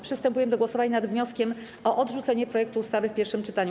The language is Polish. Przystępujemy do głosowania nad wnioskiem o odrzucenie projektu ustawy w pierwszym czytaniu.